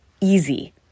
easy